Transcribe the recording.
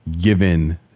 given